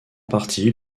partie